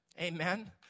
Amen